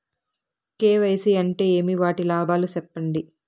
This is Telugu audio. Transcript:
కె.వై.సి అంటే ఏమి? వాటి లాభాలు సెప్పండి?